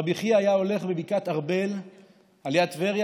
רבי חייא היה הולך בבקעת ארבל על יד טבריה